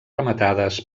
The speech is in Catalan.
rematades